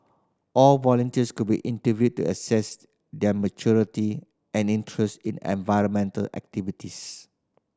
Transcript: all volunteers could be interviewed to assess their maturity and interest in environmental activities